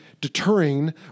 deterring